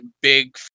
big